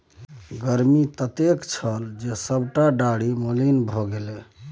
गर्मी ततेक छल जे सभटा डारि मलिन भए गेलै